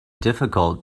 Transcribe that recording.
difficult